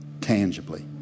tangibly